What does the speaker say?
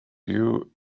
you